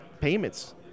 payments